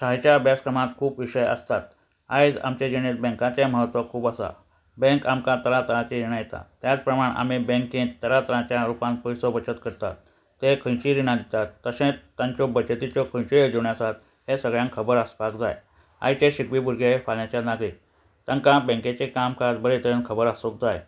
शाळेच्या अभ्यासक्रमांत खूब विशय आसतात आयज आमच्या जिणेंत बँकाचे म्हत्व खूब आसा बँक आमकां तरातरांचे रिणां दिता त्याच प्रमाण आमी बँकेंत तरातराच्या रुपान पयसो बचत करतात ते खंयचीय रिणां दितात तशेंच तांच्यो बचतीच्यो खंयच्योय येवजोण्यो आसात हे सगळ्यांक खबर आसपाक जाय आयचे शिकवी भुरगे फाल्यांच्या नागरीक तांकां बँकेचे काम काज बरे तरेन खबर आसूंक जाय